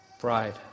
bride